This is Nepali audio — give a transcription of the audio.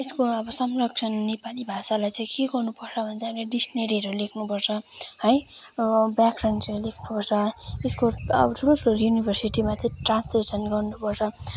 यसको अब संरक्षण नेपाली भाषालाई चाहिँ के गर्नु पर्छ भने चाहिँ अब डिक्सनेरिहरू लेख्नु पर्छ है र व्याकरण चाहिँ लेख्नु पर्छ यसको अब ठुलो ठठुलो युनिभर्सिटीमा चाहिँ ट्रान्सलेसन गर्नु पर्छ